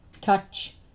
touch